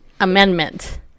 Amendment